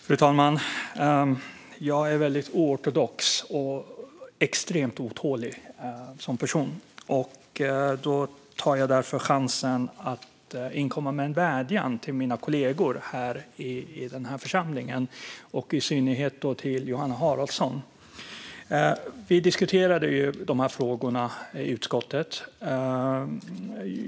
Fru talman! Jag är väldigt oortodox och extremt otålig som person. Därför tar jag chansen att inkomma med en vädjan till mina kollegor i den här församlingen och i synnerhet till Johanna Haraldsson. Vi diskuterade ju de här frågorna i utskottet.